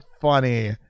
funny